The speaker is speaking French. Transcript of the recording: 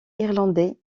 irlandais